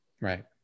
Right